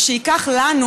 ייקח לנו,